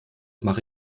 mache